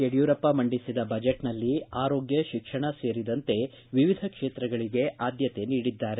ಯಡಿಯೂರಪ್ಪ ಮಂಡಿಸಿದ ಬಜೆಟ್ನಲ್ಲಿ ಆರೋಗ್ಯ ಶಿಕ್ಷಣ ಸೇರಿದಂತೆ ವಿವಿಧ ಕ್ಷೇತ್ರಗಳಿಗೆ ಆದ್ದತೆ ನೀಡಿದ್ದಾರೆ